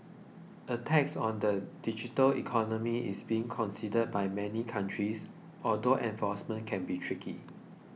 a tax on the digital economy is being considered by many countries although enforcement could be tricky